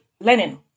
Lenin